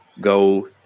go